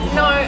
no